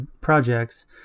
projects